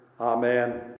Amen